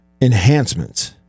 Enhancements